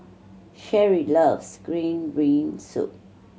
Sherie loves green bean soup